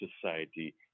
society